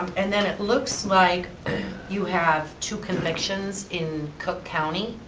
and then it looks like you have two convictions in cook county.